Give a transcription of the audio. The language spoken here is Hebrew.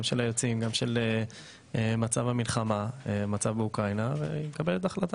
גם של היוצאים וגם של מצב המלחמה והיא מקבלת החלטה.